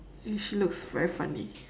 she looks very funny